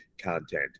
content